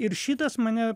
ir šitas mane